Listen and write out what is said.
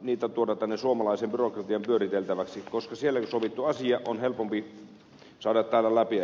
niitä tuoda tänne suomalaisen byrokratian pyöriteltäväksi koska siellä jo sovittu asia on helpompi saada täällä läpiajettua